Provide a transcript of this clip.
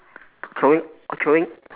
throwing throwing